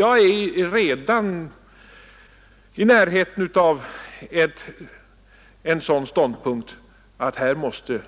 Jag själv är redan i närheten av ståndpunkten att åtgärder ganska